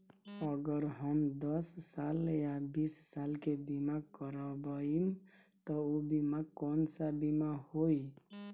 अगर हम दस साल या बिस साल के बिमा करबइम त ऊ बिमा कौन सा बिमा होई?